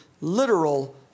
literal